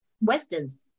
westerns